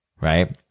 right